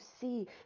see